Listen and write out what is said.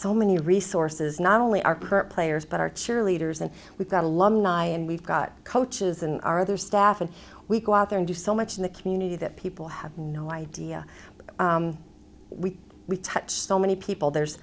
so many resources not only our current players but our cheerleaders and we've got a lot and we've got coaches and our other staff and we go out there and do so much in the community that people have no idea but we we touch so many people there's